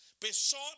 besought